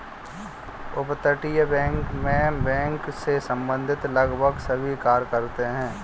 अपतटीय बैंक मैं बैंक से संबंधित लगभग सभी कार्य होते हैं